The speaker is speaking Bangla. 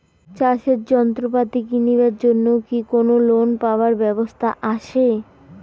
চাষের যন্ত্রপাতি কিনিবার জন্য কি কোনো লোন পাবার ব্যবস্থা আসে?